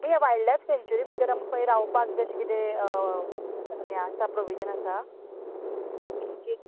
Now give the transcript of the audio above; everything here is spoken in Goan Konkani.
म्हळ्यार ह्या वाय्ल्ड लाय्फ सॅन्चुरी भितर आमकां खंय रावपाक बी अशें कितें हें आसा प्रोविजन आसा इनकेस